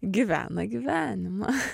gyvena gyvenimą